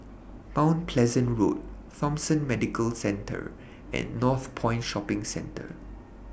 Mount Pleasant Road Thomson Medical Centre and Northpoint Shopping Centre